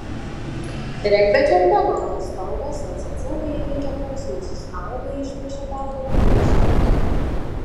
regbio čempionatas tonga sensacingai įveikė prancūzus anglai išplėšė pergalę prieš škotiją